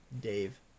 Dave